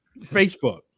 Facebook